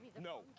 no